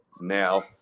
now